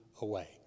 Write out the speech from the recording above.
away